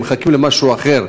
הם מחכים למשהו אחר.